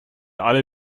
alle